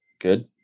Good